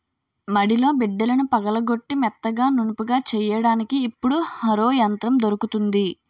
మడిలో బిడ్డలను పగలగొట్టి మెత్తగా నునుపుగా చెయ్యడానికి ఇప్పుడు హరో యంత్రం దొరుకుతుంది